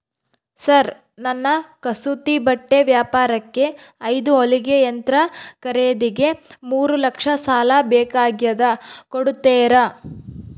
Sir ನನ್ನ ಕಸೂತಿ ಬಟ್ಟೆ ವ್ಯಾಪಾರಕ್ಕೆ ಐದು ಹೊಲಿಗೆ ಯಂತ್ರ ಖರೇದಿಗೆ ಮೂರು ಲಕ್ಷ ಸಾಲ ಬೇಕಾಗ್ಯದ ಕೊಡುತ್ತೇರಾ?